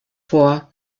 vor